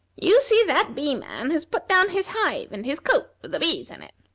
you see that bee-man has put down his hive and his coat with the bees in it.